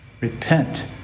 Repent